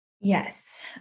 Yes